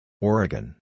Oregon